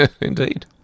Indeed